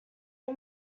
این